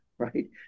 Right